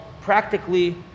Practically